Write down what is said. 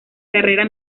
carrera